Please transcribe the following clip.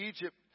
Egypt